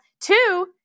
Two